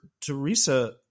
Teresa